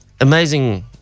Amazing